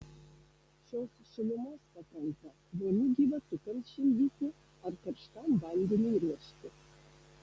šios šilumos pakanka vonių gyvatukams šildyti ar karštam vandeniui ruošti